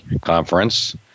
conference